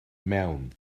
mewn